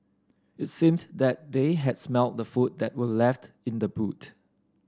it seemed that they had smelt the food that were left in the boot